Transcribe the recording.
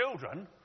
children